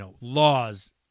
laws